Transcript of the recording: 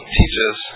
teaches